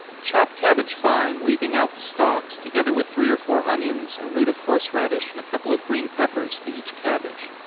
chop cabbage fine, leaving out the stalks, together with three or four onions, a root of horseradish, and a couple of green peppers to each cabbage.